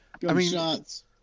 Gunshots